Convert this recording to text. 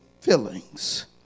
feelings